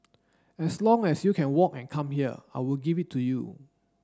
as long as you can walk and come here I will give it to you